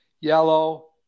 yellow